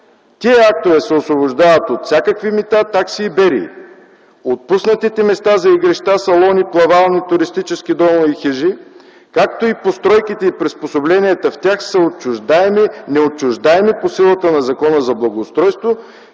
Тези актове се освобождават от всякакви такси, отпуснатите места за игрища, салони, плавални, туристически домове и хижи, както и постройките и приспособленията в тях са неотчуждаеми по силата на Закона за благоустройството,